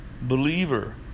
believer